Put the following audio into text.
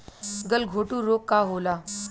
गलघोटू रोग का होला?